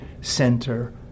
center